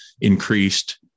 increased